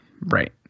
right